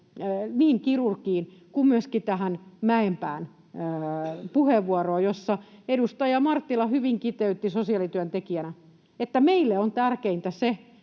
niin kirurgiin kuin myöskin tähän Mäenpään puheenvuoroon. Edustaja Marttila hyvin kiteytti sosiaalityöntekijänä, että meille on tärkeintä